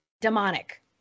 demonic